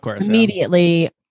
immediately